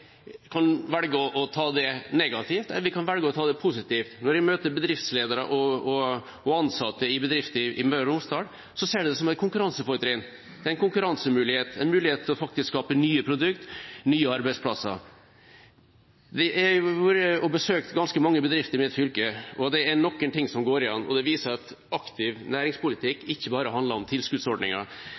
kan velge å forholde oss negativt eller positivt til det. Når jeg møter bedriftsledere og ansatte i bedrifter i Møre og Romsdal, ser de det som et konkurransefortrinn, en konkurransemulighet og en mulighet til å skape nye produkter og nye arbeidsplasser. Jeg har besøkt ganske mange bedrifter i mitt fylke, og det er noen ting som går igjen. Det viser seg at aktiv næringspolitikk ikke bare handler om tilskuddsordninger.